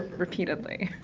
repeatedly.